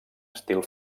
estil